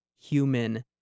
human